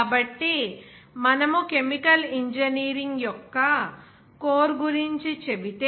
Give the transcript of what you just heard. కాబట్టి మనము chemical engineering యొక్క కోర్ గురించి చెబితే